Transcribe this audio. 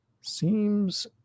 Seems